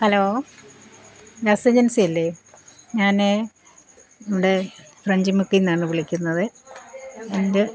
hello gas agency അല്ലേ ഞാൻ ഇവിടെ ഫ്രഞ്ച് മുക്കിൽ നിന്നാണ് വിളിക്കുന്നത് എൻ്റെ